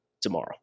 tomorrow